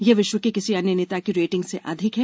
यह विश्व के किसी अन्य नेता की रेटिंग से अधिक है